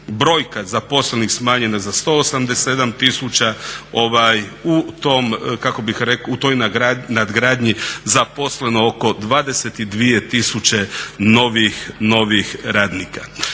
brojka zaposlenih smanjena za 187 tisuća u tom, kako bih rekao, u toj nadgradnji zaposleno oko 22 tisuće novih radnika.